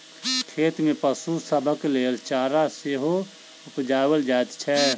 खेत मे पशु सभक लेल चारा सेहो उपजाओल जाइत छै